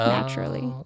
Naturally